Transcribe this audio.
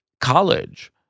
college